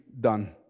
done